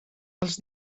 els